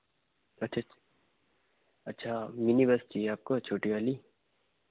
अच्छे अच्छे अच्छा मिनी बस चाहिए आपको छोटी वाली